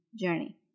journey